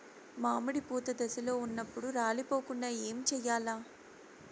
మామిడి పూత దశలో ఉన్నప్పుడు రాలిపోకుండ ఏమిచేయాల్ల?